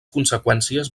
conseqüències